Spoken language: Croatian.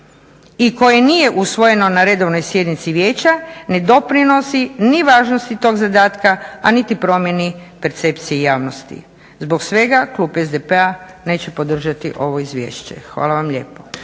i koje nije usvojeno na redovnoj sjednici vijeća ne doprinosi ni važnosti tog zadatka a niti promjeni percepcije javnosti. Zbog svega klub SDP-a neće podržati ovo izvješće. Hvala vam lijepo.